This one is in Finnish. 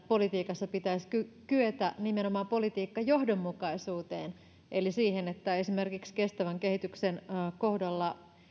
politiikassa pitäisi kyetä nimenomaan politiikkajohdonmukaisuuteen eli siihen että esimerkiksi kestävän kehityksen kohdalla